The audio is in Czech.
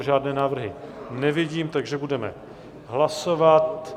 Žádné návrhy nevidím, takže budeme hlasovat.